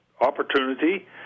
opportunity